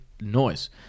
noise